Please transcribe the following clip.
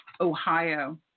Ohio